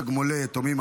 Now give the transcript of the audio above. תגמולי יתומים,